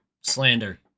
Slander